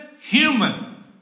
Human